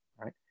right